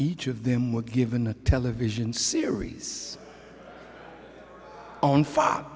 each of them were given a television series on fox